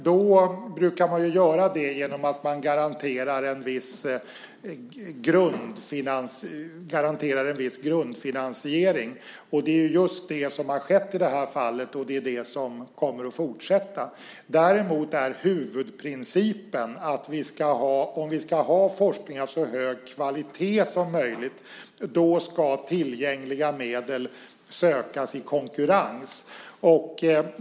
Då brukar man göra det genom att man garanterar en viss grundfinansiering. Det är just det som har skett i det här fallet och som kommer att fortsätta. Däremot är huvudprincipen att om vi ska ha forskning av så hög kvalitet som möjligt ska tillgängliga medel sökas i konkurrens.